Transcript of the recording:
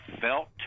felt